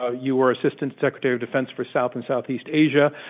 ah you were assistant secretary of defense for south and southeast asia.